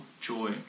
joy